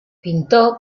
pintó